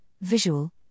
visual